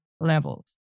levels